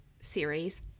series